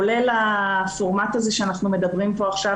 כולל הפורמט הזה שאנחנו מדברים בו עכשיו,